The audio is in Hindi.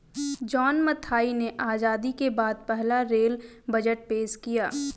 जॉन मथाई ने आजादी के बाद पहला रेल बजट पेश किया